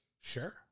sure